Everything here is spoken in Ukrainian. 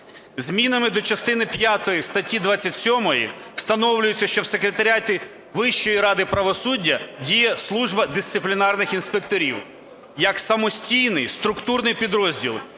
Змінами до частини п'ятої статті 27 встановлюється, що в секретаріаті Вищої ради правосуддя діє служба дисциплінарних інспекторів як самостійний структурний підрозділ,